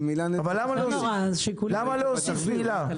למה להוסיף מילה?